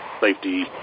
safety